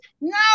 No